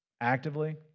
Actively